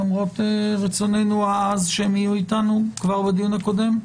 למרות רצוננו העז שיהיו אתנו כבר בדיון הקודם?